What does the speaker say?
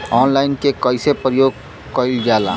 Online के कइसे प्रयोग कइल जाला?